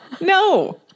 No